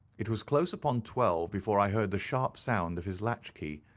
it was close upon twelve before i heard the sharp sound of his latch-key.